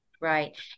Right